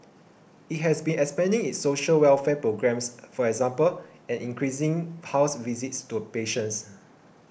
it has been expanding its social welfare programmes for example and increasing house visits to patients